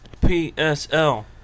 PSL